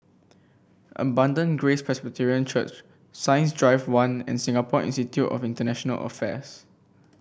Abundant Grace Presbyterian Church Science Drive One and Singapore Institute of International Affairs